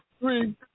three